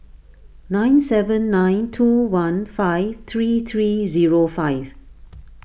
nine seven nine two one five three three zero five